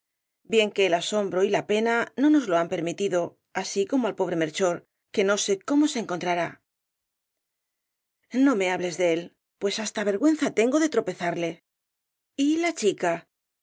bien que el asombro y la pena no nos lo han permitido así como al pobre melchor que no sé cómo se encontrará no me hables de él pues hasta vergüenza tengo de tropezarle y la chica